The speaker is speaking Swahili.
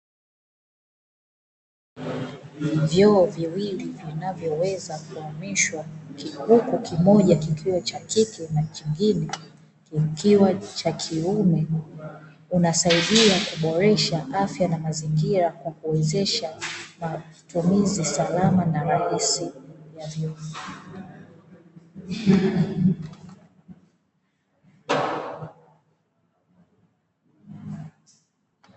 Vyoo viwili vinayoweza kuhamishwa huku kimoja kikiwa cha kike na kingine kikiwa cha kiume. Vinasaidia kuboresha afya na mazingira, kwa kuwezesha matumizi salama na rahisi ya vyoo hivyo.